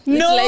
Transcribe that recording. no